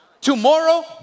Tomorrow